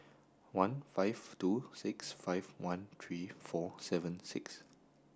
one five two six five one three four seven six